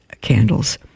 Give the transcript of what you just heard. candles